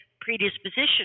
predisposition